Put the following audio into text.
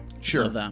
Sure